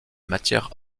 matières